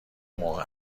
موقع